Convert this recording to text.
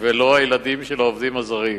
ולא הילדים של העובדים הזרים.